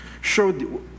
showed